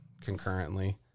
concurrently